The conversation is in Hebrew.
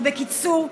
ובקיצור,